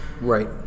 Right